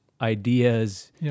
ideas